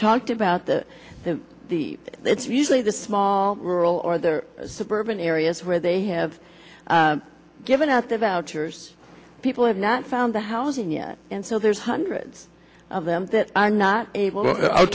talked about the the it's usually the small rural or the suburban areas where they have given out to vouchers people have not found the housing yet and so there's hundreds of them that are not